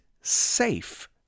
safe